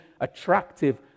attractive